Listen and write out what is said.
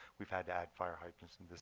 we've had to add fire hydrants